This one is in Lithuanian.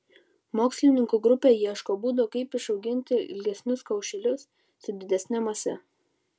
mokslininkų grupė ieško būdų kaip išauginti ilgesnius kaušelius su didesne mase